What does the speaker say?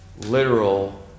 literal